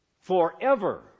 forever